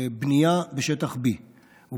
בנייה בשטח B. זה לא נכון.